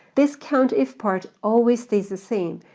this countif part always stays the same.